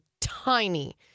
tiny